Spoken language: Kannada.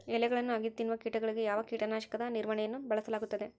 ಎಲೆಗಳನ್ನು ಅಗಿದು ತಿನ್ನುವ ಕೇಟಗಳಿಗೆ ಯಾವ ಕೇಟನಾಶಕದ ನಿರ್ವಹಣೆಯನ್ನು ಬಳಸಲಾಗುತ್ತದೆ?